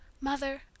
Mother